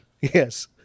Yes